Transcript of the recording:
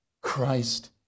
Christ